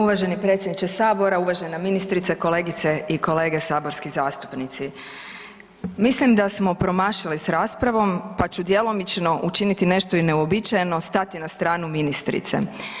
Uvaženi predsjedniče sabora, uvažena ministre, kolegice i kolege saborski zastupnici, mislim da smo promašili s raspravom pa ću djelomično učiniti nešto i neuobičajeno, stati na stranu ministrice.